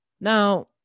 Now